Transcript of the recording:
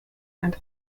and